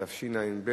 התשע"ב